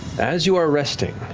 as you are resting